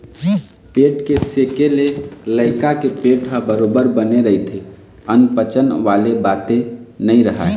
पेट के सेके ले लइका के पेट ह बरोबर बने रहिथे अनपचन वाले बाते नइ राहय